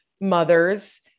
mothers